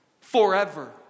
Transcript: Forever